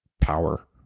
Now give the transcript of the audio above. power